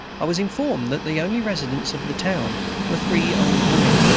i was informed that the only residents of the town were three old women,